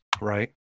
Right